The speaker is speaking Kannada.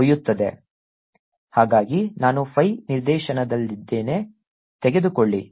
ಹಾಗಾಗಿ ನಾನು phi ನಿರ್ದೇಶನದಲ್ಲಿದ್ದೇನೆ ತೆಗೆದುಕೊಳ್ಳಿ